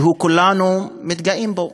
שכולנו מתגאים בו: